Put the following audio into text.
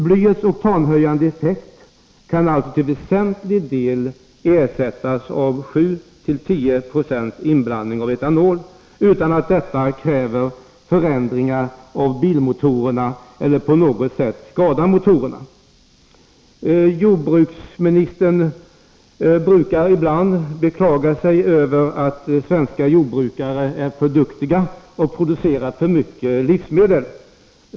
Blyets oktanhöjande effekt kan alltså till väsentlig del ersättas av 7-10 20 inblandning av etanol utan att detta kräver förändringar av bilmotorerna eller på något sätt skadar motorerna. Jordbruksministern brukar ibland beklaga sig över att svenska jordbrukare är för duktiga och producerar för mycket livsmedel.